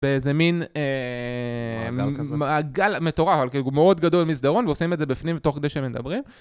באיזה מין מעגל מטורף, מאוד גדול מסדרון ועושים את זה בפנים תוך כדי שהם מדברים.